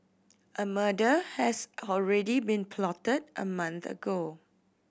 a murder has already been plotted a month ago